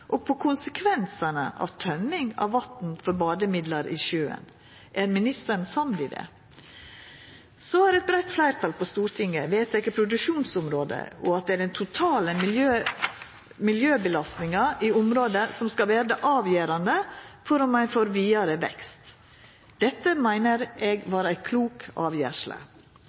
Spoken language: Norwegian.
og på konsekvensane av tømming av vatn med bademiddel i sjøen. Er ministeren samd i det? Eit breitt fleirtal på Stortinget har vedteke produksjonsområde og at den totale miljøbelastninga i området skal vera avgjerande for om ein får vidare vekst. Dette meiner eg var ei klok avgjersle.